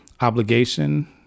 obligation